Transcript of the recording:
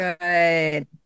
good